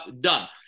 done